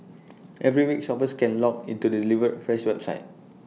every week shoppers can log into the delivered fresh website